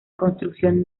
construcción